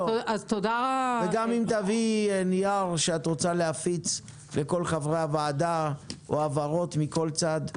גם אם תביאי נייר שאת רוצה להפיץ לכל חברי הוועדה או הבהרות מכל צד,